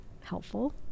helpful